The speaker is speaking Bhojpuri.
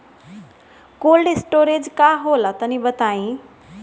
कोल्ड स्टोरेज का होला तनि बताई?